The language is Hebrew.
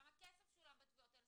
כמה כסף שולם בתביעות האלה.